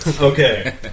Okay